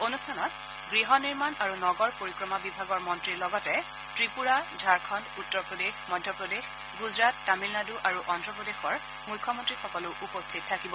অনুষ্ঠানত গৃহ নিৰ্মাণ আৰু নগৰ পৰিক্ৰমা বিভাগৰ মন্ত্ৰীৰ লগতে ত্ৰিপুৰা ঝাৰখণ্ড উত্তৰ প্ৰদেশ মধ্যপ্ৰদেশ গুজৰাট তামিলনাড়ু আৰু অদ্ধপ্ৰদেশৰ মুখ্যমন্ত্ৰীসকলো উপস্থিত থাকিব